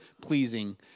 pleasing